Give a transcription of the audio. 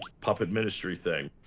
puppet ministry thing.